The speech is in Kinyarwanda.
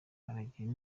aragira